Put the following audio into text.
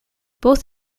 both